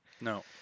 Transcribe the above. no